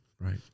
Right